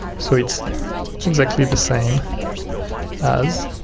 so it's exactly the same as